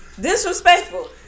Disrespectful